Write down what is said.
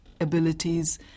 abilities